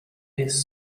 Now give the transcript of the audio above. his